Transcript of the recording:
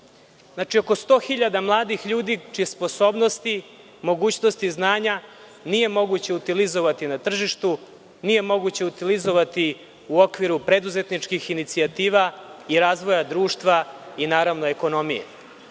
naše. Znači, oko 100.000 mladih ljudi čije sposobnosti, mogućnosti znanja nije moguće utilizovati na tržištu, nije moguće utilizovati u okviru preduzetničkih inicijativa i razvoja društva i naravno ekonomije.U